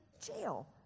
jail